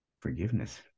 forgiveness